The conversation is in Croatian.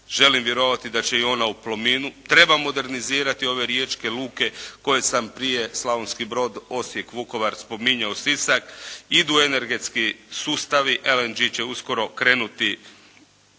želim vjerovati da će i ona u Plominu. Treba modernizirati ove riječke luke koje sam prije, Slavonski brod, Osijek, Vukovar spominjao, Sisak, idu energetski sustavi, LNG će uskoro krenuti